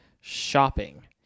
shopping